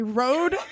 road